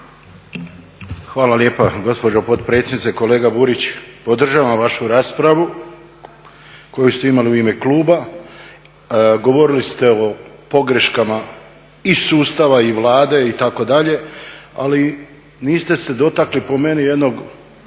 Hvala lijepa gospođo potpredsjednice. Kolega Burić, podržavam vašu raspravu koju ste imali u ime kluba, govorili ste o pogreškama i sustava i Vlade itd., ali niste se dotakli po meni jednog